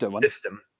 system